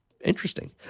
interesting